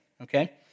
Okay